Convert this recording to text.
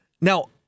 Now